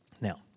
Now